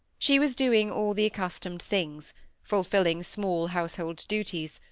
she was doing all the accustomed things fulfilling small household duties,